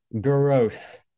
gross